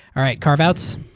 all right. carve-outs?